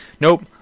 nope